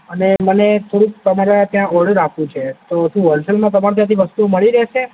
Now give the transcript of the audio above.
અને મને થોડુંક તમારે ત્યાં ઑર્ડર આપવું છે તો શું હૉલસેલમાં તમારે ત્યાંથી વસ્તુઓ મળી રહેશે